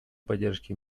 поддержке